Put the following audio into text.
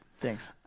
Thanks